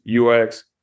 UX